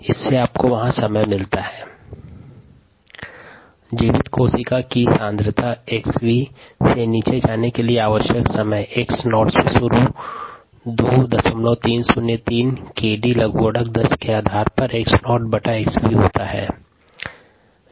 ln xv0xv kd t जीवित कोशिका सांद्रता xv से नीचे जाने के लिए आवश्यक समय 2303 बटा kd और लघुगणक 10 के आधार पर xv शून्य बटा xv होता है